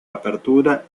apertura